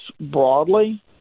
broadly